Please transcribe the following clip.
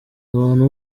abantu